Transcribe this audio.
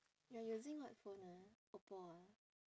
you're using what phone ah oppo ah